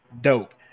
dope